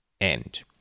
end